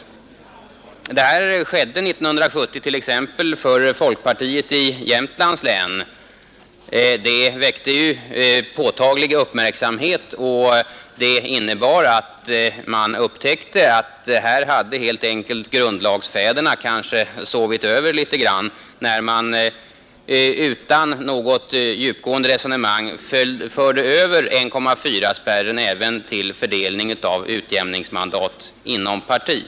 Det skedde 1970 t.ex. för folkpartiet i Jämtlands län. Det väckte ju påtaglig uppmärksamhet, och det innebar att man upptäckte att här hade kanske grundlagsfäderna helt enkelt sovit över litet grand, när de utan något djupgående resonemang förde över 1,4-spärren även till fördelning av utjämningsmandat inom parti.